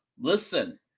listen